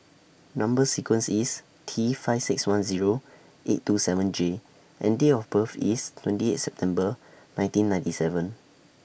Number sequence IS T five six one Zero eight two seven J and Date of birth IS twenty eighth September nineteen ninety seven